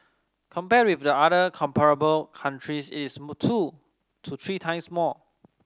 compared with the other comparable countries it is two to three times more